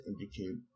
indicate